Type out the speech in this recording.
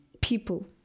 people